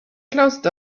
closed